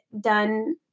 done